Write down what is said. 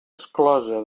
exclosa